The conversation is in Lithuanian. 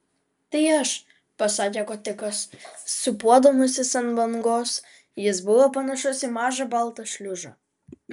tai aš pasakė kotikas sūpuodamasis ant bangos jis buvo panašus į mažą baltą šliužą